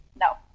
No